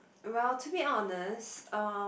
well to be honest uh